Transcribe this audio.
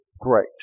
great